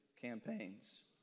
campaigns